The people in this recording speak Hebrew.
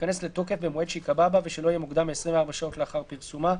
ותיכנס לתוקף במועד שייקבע בה ושלא יהיה מוקדם מ-24 שעות לאחר פרסומה.